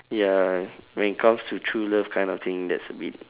ya when it comes to true love kind of thing that's a bit